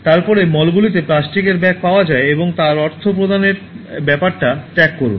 তারপরে মলগুলিতে প্লাস্টিকের ব্যাগ পাওয়া এবং তার জন্য অর্থ প্রদানের ব্যপার টা ত্যাগ করুন